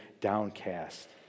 downcast